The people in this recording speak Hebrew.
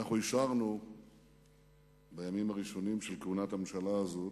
אשררנו בימים הראשונים לכהונת הממשלה הזאת,